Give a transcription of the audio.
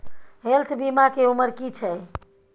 Health बीमा के उमर की छै?